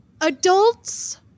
Adults